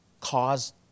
caused